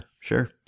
sure